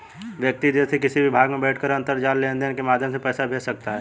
व्यक्ति देश के किसी भी भाग में बैठकर अंतरजाल लेनदेन के माध्यम से पैसा भेज सकता है